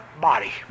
body